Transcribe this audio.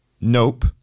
Nope